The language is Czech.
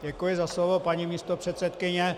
Děkuji za slovo, paní místopředsedkyně.